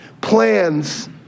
plans